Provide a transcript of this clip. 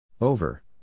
Over